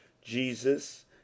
jesus